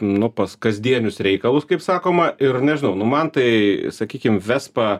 nu pas kasdienius reikalus kaip sakoma ir nežinau nu man tai sakykim vespa